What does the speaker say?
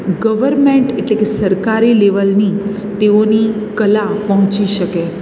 government એટલે કે સરકારી લેવલની તેઓની કલા પહોંચી શકે